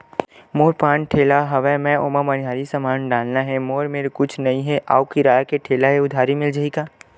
मोर पान ठेला हवय मैं ओमा मनिहारी समान डालना हे मोर मेर कुछ नई हे आऊ किराए के ठेला हे उधारी मिल जहीं का?